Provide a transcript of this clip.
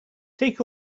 take